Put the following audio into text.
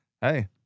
hey